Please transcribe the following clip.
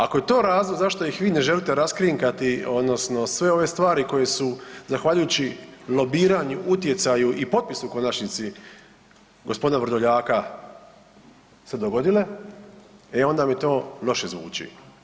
Ako je to razlog zašto ih vi ne želite raskrinkati odnosno sve ove stvari koje su zahvaljujući lobiranju, utjecaju i potpisu u konačnici gospodina Vrdoljaka se dogodile, e onda mi to loše zvuči.